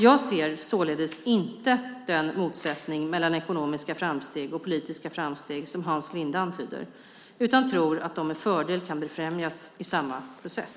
Jag ser således inte den motsättning mellan ekonomiska framsteg och politiska framsteg som Hans Linde antyder utan tror att de med fördel kan befrämjas i samma process.